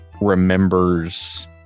remembers